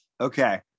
Okay